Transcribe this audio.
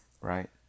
Right